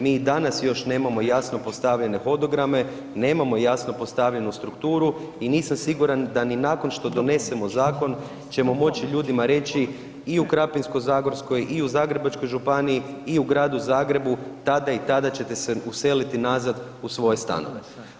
Mi ih danas još nemamo jasno postavljene hodograme, nemamo jasno postavljenu strukturu i nisam siguran da ni nakon što donesemo zakon ćemo moći ljudima reći i u Krapinsko-zagorskoj i u Zagrebačkoj županiji i u Gradu Zagrebu, tada i tada ćete se useliti nazad u svoje stanove.